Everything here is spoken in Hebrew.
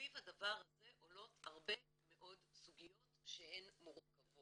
סביב הדבר הזה עולות הרבה מאוד סוגיות שהן מורכבות.